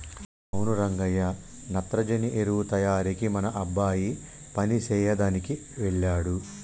అవును రంగయ్య నత్రజని ఎరువు తయారీకి మన అబ్బాయి పని సెయ్యదనికి వెళ్ళాడు